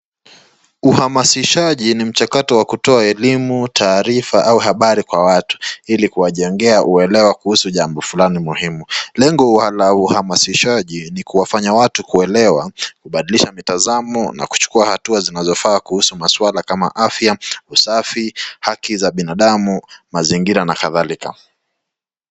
Uhamasishaji ni mchakato wa kutoa elimu, taarifa au habari kwa watu ili kuwajengea kuelewa kuhusu jambo fulani muhimu. Lengo la uhamasishaji ni kuwafanya watu kuelewa, kubadilisha mitazamo na kuchukua hatua zinazofaa kuhusu maswala kama afya, usafi, haki za binadamu, mazingira na kadhalika.